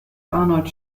arnold